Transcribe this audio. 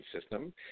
system